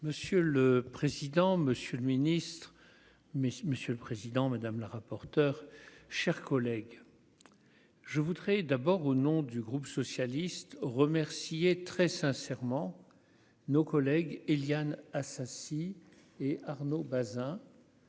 Monsieur le président, Monsieur le Ministre, mais monsieur le Président Madame la rapporteure, chers collègues, je voudrais d'abord au nom du groupe socialiste remercier très sincèrement nos collègues Éliane Assassi et Arnaud Bazin.